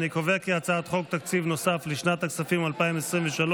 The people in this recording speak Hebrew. אני קובע כי הצעת חוק תקציב נוסף לשנת הכספים 2023,